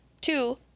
two